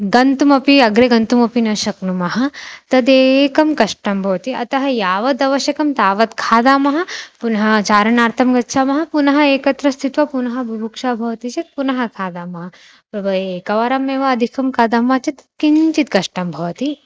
गन्तुमपि अग्रे गन्तुमपि न शक्नुमः तदेकं कष्टं भवति अतः यावत् आवश्यकं तावत् खादामः पुनः चारणार्थं गच्छामः पुनः एकत्र स्थित्वा पुनः बुभुक्षा भवति चेत् पुनः खादामः एकवारमेव अधिकं खादामः चेत् किञ्चित् कष्टं भवति